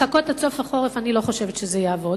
לחכות עד סוף החורף, אני לא חושבת שזה יעבוד.